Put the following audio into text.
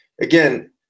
again